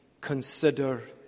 consider